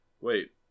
wait